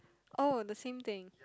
oh the same thing